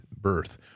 birth